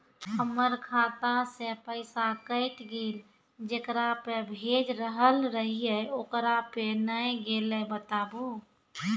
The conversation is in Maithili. हमर खाता से पैसा कैट गेल जेकरा पे भेज रहल रहियै ओकरा पे नैय गेलै बताबू?